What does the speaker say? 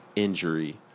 Injury